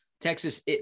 Texas